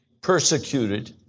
persecuted